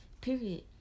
period